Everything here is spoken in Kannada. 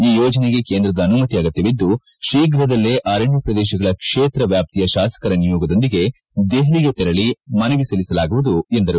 ಈ ಯೋಜನೆಗೆ ಕೇಂದ್ರದ ಅನುಮತಿ ಅಗತ್ನವಿದ್ದು ಶೀಘ್ರದಲ್ಲೇ ಅರಣ್ಯ ಪ್ರದೇಶಗಳ ಕ್ಷೇತ್ರ ವ್ಯಾಪ್ತಿಯ ಶಾಸಕರ ನಿಯೋಗದೊಂದಿಗೆ ದೆಹಲಿಗೆ ತೆರಳಿ ಮನವಿ ಸಲ್ಲಿಸಲಾಗುವುದು ಎಂದರು